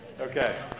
Okay